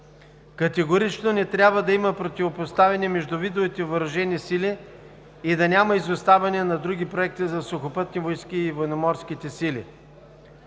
Категорично не трябва да има противопоставяне между видовете въоръжени сили и да няма изоставане на други проекти за Сухопътните войски и Военноморските сили.